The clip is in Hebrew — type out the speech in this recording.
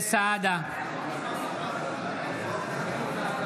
אינו נוכח גדעון